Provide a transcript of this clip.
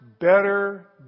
better